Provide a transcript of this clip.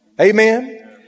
Amen